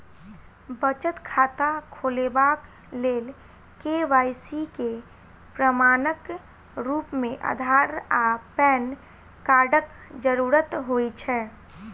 बचत खाता खोलेबाक लेल के.वाई.सी केँ प्रमाणक रूप मेँ अधार आ पैन कार्डक जरूरत होइ छै